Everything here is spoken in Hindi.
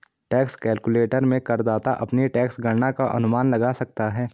टैक्स कैलकुलेटर में करदाता अपनी टैक्स गणना का अनुमान लगा सकता है